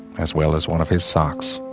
as well as one of his socks.